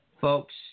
Folks